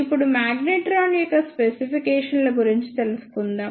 ఇప్పుడు మాగ్నెట్రాన్ యొక్క స్పెసిఫికేషన్ల గురించి తెలుసుకుందాం